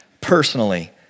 personally